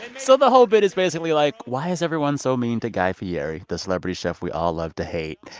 and so the whole bit is basically like, why is everyone so mean to guy fieri? the celebrity chef we all love to hate.